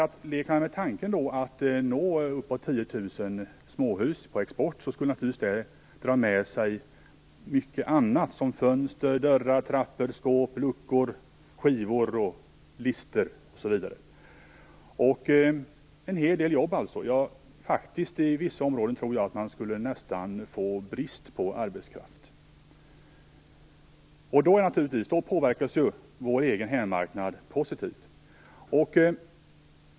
Om vi leker med tanken på att vi skulle nå en export på uppemot 10 000, skulle det naturligtvis dra med sig mycket annat såsom fönster, dörrar, trappor, skåp, luckor, skivor, listor osv. Det skulle ge en hel del jobb. På vissa områden tror jag faktiskt att det skulle bli brist på arbetskraft. På det sättet skulle vår hemmamarknad påverkas positivt.